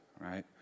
right